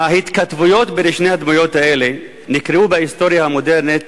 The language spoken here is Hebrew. ההתכתבויות בין שתי הדמויות האלה נקראו בהיסטוריה המודרנית